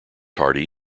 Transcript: hardy